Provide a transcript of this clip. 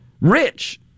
rich